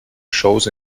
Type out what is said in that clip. shows